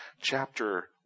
chapter